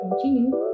continue